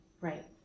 Right